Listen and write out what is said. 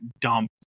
dump